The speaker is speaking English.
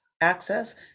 access